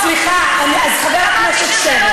סליחה, אז חבר הכנסת שטרן.